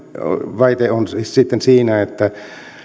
väite on sitten siinä että